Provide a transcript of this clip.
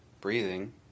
breathing